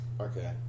Okay